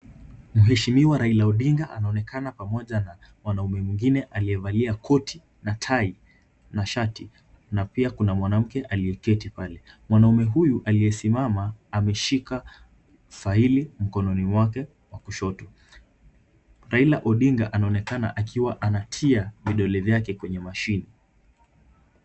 Mheshimiwa Raila Odinga anaonekana pamoja na mwanaume mwingine aliyevalia koti na tai na shati na pia kuna mwanamke aliyeketi pale. Mwanaume huyu aliyesimama ameshika faili mkononi mwake mwa kushoto. Raila Odinga anaonekana akiwa anatia vidole vyake kwenye machine .